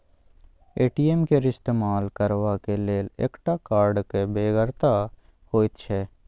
ATM केर इस्तेमाल करबाक लेल एकटा कार्डक बेगरता होइत छै